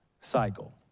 cycle